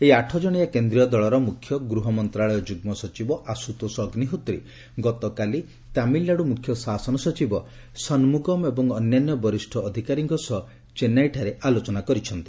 ଏହି ଆଠଜଣିଆ କେନ୍ଦ୍ରୀୟ ଦଳର ମୁଖ୍ୟ ଗୃହ ମନ୍ତ୍ରଣାଳୟ ଯୁଗ୍ମ ସଚିବ ଆଶୁତୋଷ ଅଗ୍ନିହୋତ୍ରୀ ଗତକାଲି ତାମିଲ୍ନାଡୁ ମୁଖ୍ୟ ଶାସନସଚିବ ସନ୍ମୁଗମ୍ ଏବଂ ଅନ୍ୟାନ୍ୟ ବରିଷ୍ଠ ଅଧିକାରୀଙ୍କ ସହ ଚେନ୍ନାଇଠାରେ ଆଲୋଚନା କରିଛନ୍ତି